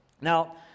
Now